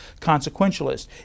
consequentialist